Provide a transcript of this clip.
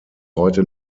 heute